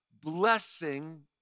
blessing